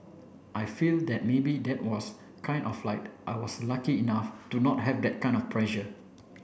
I feel that maybe that was kind of like I was lucky enough to not have that kind of pressure